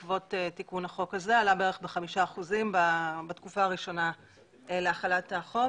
בעקבות תיקון החוק הזה בתקופה הראשונה להחלת החוק.